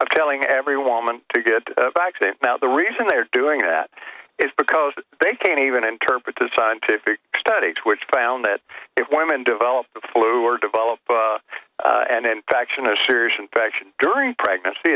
of telling everyone to get a vaccine now the reason they're doing that is because they can't even interpret the scientific study which found that if women develop the flu or develop an infection a serious infection during pregnancy